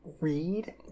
read